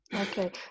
Okay